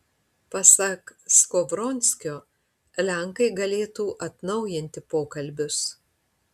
pasak skovronskio lenkai galėtų atnaujinti pokalbius